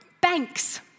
banks